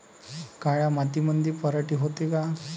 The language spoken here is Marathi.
काळ्या मातीमंदी पराटी होते का?